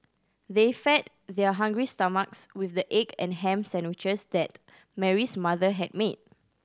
they fed their hungry stomachs with the egg and ham sandwiches that Mary's mother had made